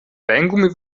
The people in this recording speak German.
weingummi